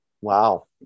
Wow